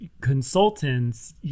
consultants